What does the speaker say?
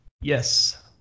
Yes